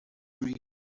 reading